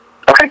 Okay